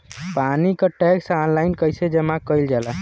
पानी क tax online कईसे जमा कईल जाला?